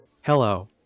Hello